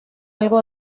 algo